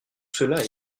cela